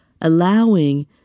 allowing